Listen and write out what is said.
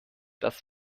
das